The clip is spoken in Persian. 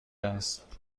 است